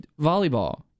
Volleyball